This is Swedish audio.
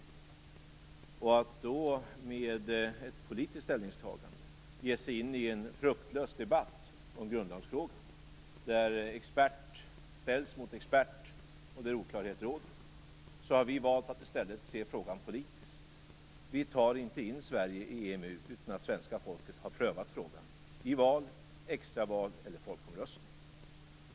I stället för att med ett politiskt ställningstagande ge sig in i en fruktlös debatt om grundlagsfrågan, där expert ställs mot expert och där oklarhet råder, har vi valt att se frågan politiskt. Vi tar inte in Sverige i EMU utan att svenska folket har prövat frågan i val, extraval eller folkomröstning.